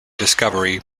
discovery